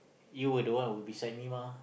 you were the one who beside me mah